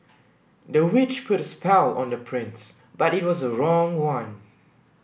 the witch put a spell on the prince but it was the wrong one